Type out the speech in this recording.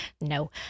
No